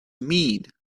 mean